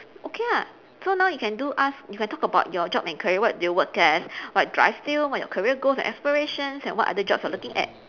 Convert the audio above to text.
okay ah so now you can do ask you can talk about your job and career what do you work as what drives you what your careers goal and aspirations and what other jobs you're looking at